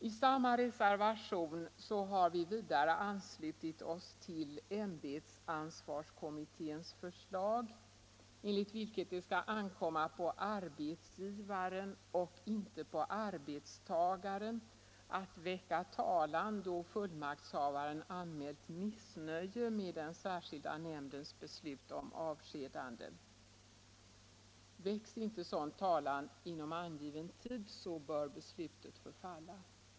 I samma reservation har vi vidare anslutit oss till ämbetsansvarskommitténs förslag, enligt vilket det skall ankomma på arbetsgivaren och icke på arbetstagaren att väcka talan då fullmaktshavaren anmält missnöje med den särskilda nämndens beslut om avskedande. Väckes inte sådan talan inom angiven tid, bör beslutet förfalla.